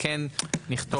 כאן אנחנו נמשיך.